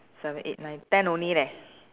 seven eight nine ten only leh